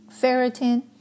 Ferritin